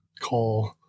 call